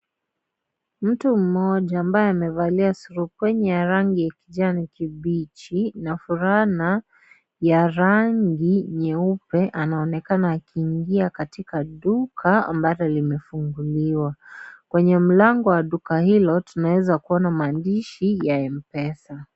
Mtu mmoja ambaye amevalia surupwenye ya rangi ya kijani kibichi na vulana ya rangi nyeupe, anaonekana akiingia katika duka ambalo limefunguliwa, kwenye mlango wa duka hilo tunaweza kuona maandishi ya Mpesa.